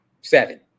seven